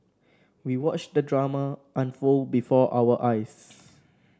we watched the drama unfold before our eyes